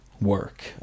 work